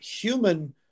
human